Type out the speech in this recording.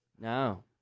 No